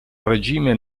regime